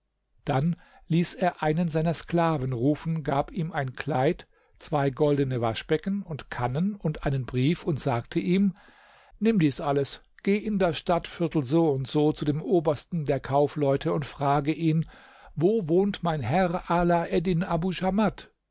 dann ließ er einen seiner sklaven rufen gab ihm ein kleid zwei goldene waschbecken und kannen und einen brief und sagte ihm nimm dies alles geh in das stadtviertel n n zu dem obersten der kaufleute und frage ihn wo wohnt mein herr ala eddin abu